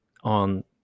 on